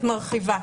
את מרחיבה.